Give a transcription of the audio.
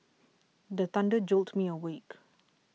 the thunder jolt me awake